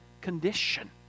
condition